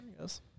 Yes